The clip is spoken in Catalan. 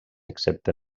excepte